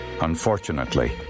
Unfortunately